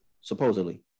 supposedly